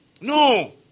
no